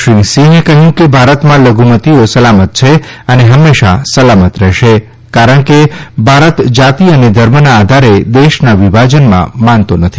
શ્રી રાજનાથસિંહે કહ્યું કે ભારતમાં લઘુમતીઓ સલામત છે અને હંમેશા સલામત રહેશે કારણ કે ભારત જાતિ અને ધર્મના આધારે દેશના વિભાજનમાં માનતો નથી